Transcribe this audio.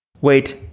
Wait